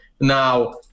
Now